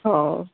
ହଉ